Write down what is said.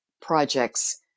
projects